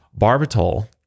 barbitol